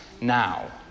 now